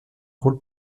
rôle